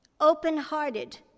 open-hearted